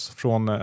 från